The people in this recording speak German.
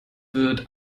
wird